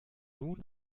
nun